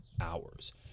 hours